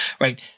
right